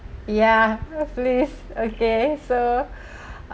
ya please okay so